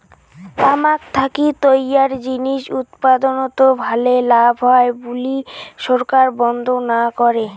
তামাক থাকি তৈয়ার জিনিস উৎপাদনত ভালে লাভ হয় বুলি সরকার বন্ধ না করে